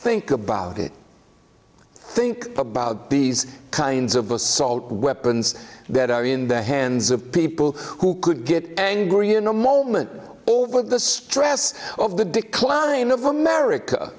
think about it think about these kinds of assault weapons that are in the hands of people who could get angry in a moment over the stress of the decline of america